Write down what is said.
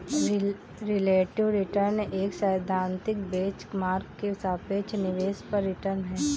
relative return एक सैद्धांतिक benchmark के सापेक्ष निवेश पर रिटर्न है